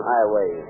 Highway